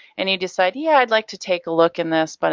and you decide yeah i'd like to take a look in this. but